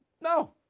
No